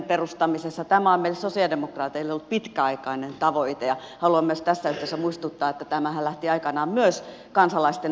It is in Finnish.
tämä on meille sosialidemokraateille ollut pitkäaikainen tavoite ja haluan myös tässä yhteydessä muistuttaa että tämähän lähti aikanaan myös kansalaisten aktiviteetistä